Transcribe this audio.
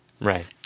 Right